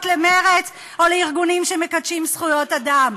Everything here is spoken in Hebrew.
למרצ או לארגונים שמקדשים זכויות אדם.